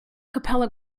capella